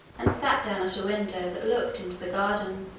and sat down at a window that looked into the garden.